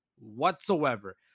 whatsoever